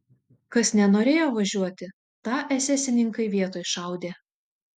kas nenorėjo važiuoti tą esesininkai vietoj šaudė